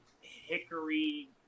hickory